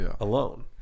alone